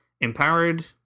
empowered